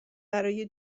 برای